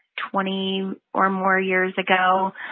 twenty or more years ago,